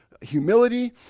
humility